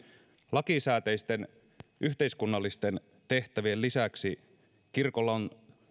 lakisääteisten yhteiskunnallisten tehtävien lisäksi kirkolla on